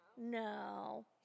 no